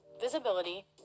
visibility